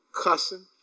cussing